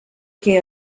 que